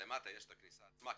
יש את הכניסה עצמה.